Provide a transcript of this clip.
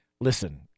Listen